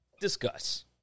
discuss